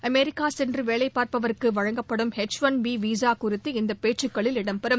America சென்று வேலைபாா்ப்பதற்கு வழங்கப்படும் எச் ஒன் பி விசா குறித்து இந்த பேச்சுக்களில் இடம்பெறும்